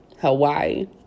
Hawaii